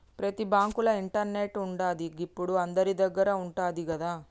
ప్రతి బాంకుల ఇంటర్నెటు ఉంటది, గిప్పుడు అందరిదగ్గర ఉంటంది గదా